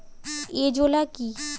Azolla কি?